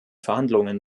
verhandlungen